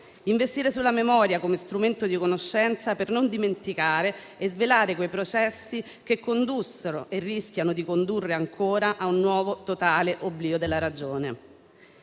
investire sulla memoria come strumento di conoscenza, per non dimenticare e svelare i processi che condussero e rischiano di condurre ancora a un nuovo totale oblio della ragione.